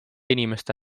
inimeste